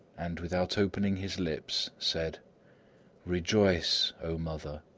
and without opening his lips said rejoice, o mother!